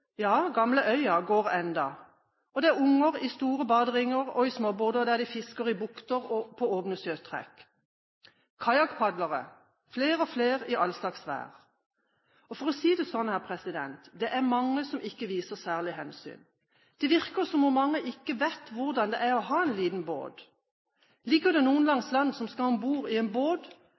ja gamle «Øya» går ennå, og det er unger i store baderinger og i småbåter der de fisker i bukter og på åpne sjøstrekk. Og det er kajakkpadlere, flere og flere i all slags vær. For å si det sånn: Det er mange som ikke viser særlig hensyn. Det virker som om mange ikke vet hvordan det er å ha en liten båt. Er det noen langs land som skal om bord i en